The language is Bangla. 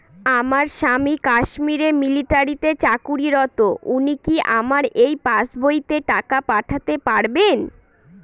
আমার স্বামী কাশ্মীরে মিলিটারিতে চাকুরিরত উনি কি আমার এই পাসবইতে টাকা পাঠাতে পারবেন?